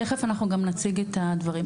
תכף אנחנו גם נציג את הדברים.